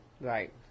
right